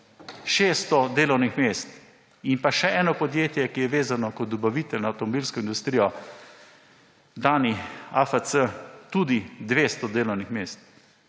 600 delovnih mest. In pa še eno podjetje, ki je vezano kot dobavitelj na avtomobilsko industrijo, Dani AFC, tudi 200 delovnih mest.